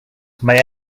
may